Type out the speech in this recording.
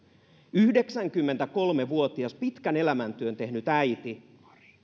yhdeksänkymmentäkolme vuotias pitkän elämäntyön tehnyt äiti